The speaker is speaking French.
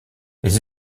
les